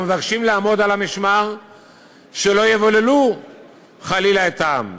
אנחנו מבקשים לעמוד על המשמר שלא יבוללו חלילה את העם,